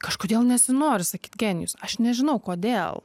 kažkodėl nesinori sakyt genijus aš nežinau kodėl